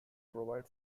provide